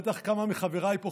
בטח כמה מחבריי פה,